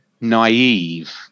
naive